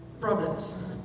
problems